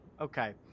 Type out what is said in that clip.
okay